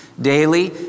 daily